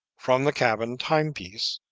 from the cabin time-piece,